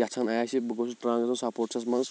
یَژھان آسہِ بہٕ گوٚسُس ٹۭرٛن گژھُن سَپوٹسَس منٛز